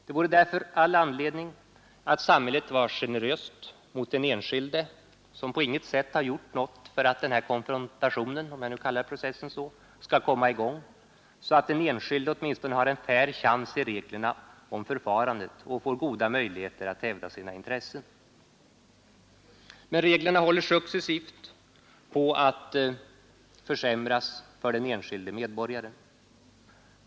Det vore därför all anledning att samhället var generöst mot den enskilde, som på intet sätt har gjort något för att konfrontationen — om jag kallar processen så — skall komma i gång, så att den enskilde åtminstone har en fair chans i reglerna om förfarandet och får goda möjligheter att hävda sina intressen. Men reglerna håller successivt på att försämras för den enskilde medborgaren.